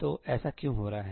तो ऐसा क्यों हो रहा है